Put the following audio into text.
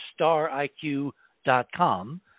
StarIQ.com